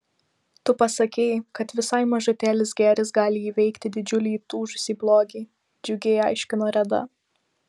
tu pasakei kad visai mažutėlis gėris gali įveikti didžiulį įtūžusį blogį džiugiai aiškino reda